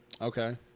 Okay